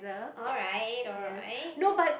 alright alright